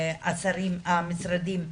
השרים והמשרדים.